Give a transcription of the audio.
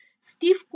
Steve